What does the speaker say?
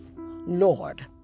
Lord